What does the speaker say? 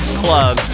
club